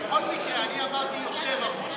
בכל מקרה אני אמרתי "יושב-הראש".